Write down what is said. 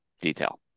detail